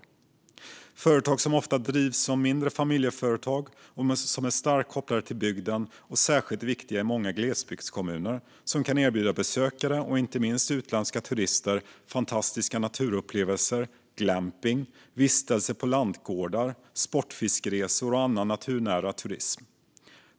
Det handlar om företag som ofta drivs som mindre familjeföretag och som är starkt kopplade till bygden och är särskilt viktiga i många glesbygdskommuner som kan erbjuda besökare och inte minst utländska turister fantastiska naturupplevelser, glamping, vistelser på lantgårdar, sportfiskeresor och annan naturnära turism.